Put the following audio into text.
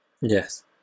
yes